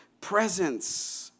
presence